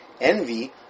envy